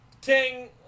King